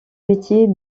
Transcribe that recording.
métier